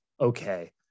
okay